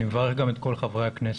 אני מברך גם את כל חברי הכנסת.